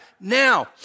Now